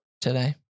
today